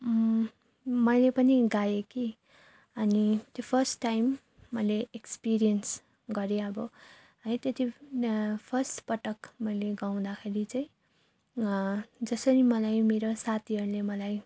मैले पनि गाएँ कि अनि त्यो फर्स्ट टाइम मैले एक्सपिरियन्स गरेँ अब है त्यति फर्स्टपटक मैले गाउँदाखेरि चाहिँ जसरी मलाई मेरो साथीहरूले मलाई